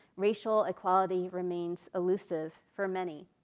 racial equality remains elusive for many.